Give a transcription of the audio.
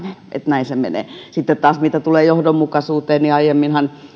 näin se menee sitten taas mitä tulee johdonmukaisuuteen niin aiemminhan